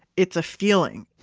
it's a feeling.